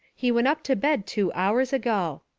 he went up to bed two hours ago.